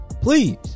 Please